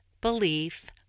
belief